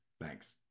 Thanks